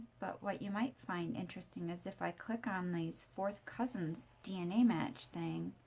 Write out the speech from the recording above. but what you might find interesting is if i click on these fourth cousins dna match thing.